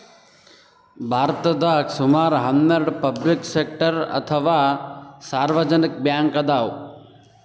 ಭಾರತದಾಗ್ ಸುಮಾರ್ ಹನ್ನೆರಡ್ ಪಬ್ಲಿಕ್ ಸೆಕ್ಟರ್ ಅಥವಾ ಸಾರ್ವಜನಿಕ್ ಬ್ಯಾಂಕ್ ಅದಾವ್